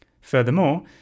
Furthermore